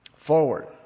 forward